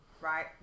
right